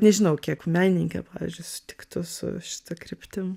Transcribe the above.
nežinau kiek menininkė pavyzdžiui sutiktų su šita kryptim